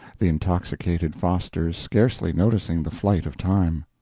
the intoxicated fosters scarcely noticing the flight of time.